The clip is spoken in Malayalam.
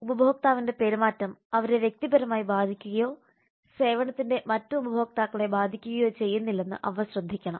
ഉപഭോക്താവിന്റെ പെരുമാറ്റം അവരെ വ്യക്തിപരമായി ബാധിക്കുകയോ സേവനത്തിന്റെ മറ്റ് ഉപഭോക്താക്കളെ ബാധിക്കുകയോ ചെയ്യുന്നില്ലെന്ന് അവർ ശ്രദ്ധിക്കണം